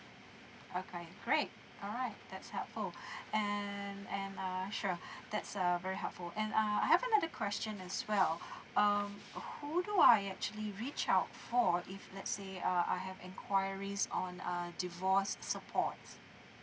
okay great alright that's helpful and and uh sure that's uh very helpful and uh I have another question as well um who do I actually reach out for if let's say uh I have inquiries on uh divorce supports